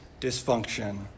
dysfunction